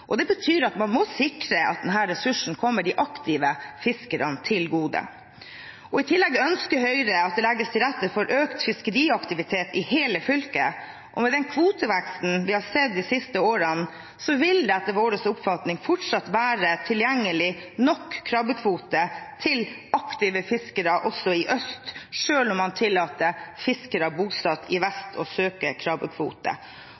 Det betyr at man må sikre at denne ressursen kommer de aktive fiskerne til gode. I tillegg ønsker Høyre at det legges til rette for økt fiskeriaktivitet i hele fylket, og med den kvoteveksten vi har sett de siste årene, vil det etter vår oppfatning fortsatt være tilgjengelig stor nok krabbekvote til aktive fiskere også i øst, selv om man tillater fiskere bosatt i